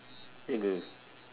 ya ke